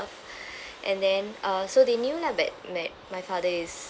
and then uh so they knew lah that that my father is